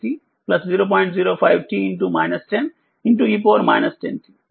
05te 10t